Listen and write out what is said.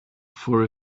for